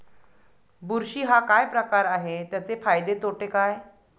बुरशी हा काय प्रकार आहे, त्याचे फायदे तोटे काय?